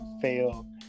fail